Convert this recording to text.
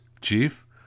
Chief